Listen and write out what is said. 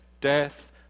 Death